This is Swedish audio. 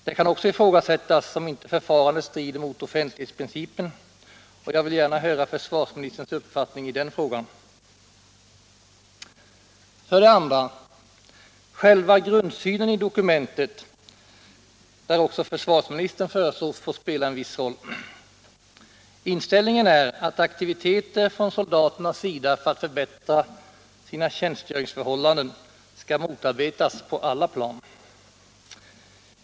Det kan också ifrågasättas om inte förfarandet strider mot offentlighetsprincipen, och jag vill gärna höra försvarsministerns uppfattning i denna fråga. Det gäller för det andra själva grundsynen i dokumentet, där också försvarsministern föreslås få spela en viss roll. Inställningen är att aktiviteter från soldaterna för att förbättra sina tjänstgöringsförhållanden skall motarbetas på alla plan.